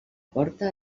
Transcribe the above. porta